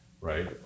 right